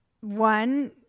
One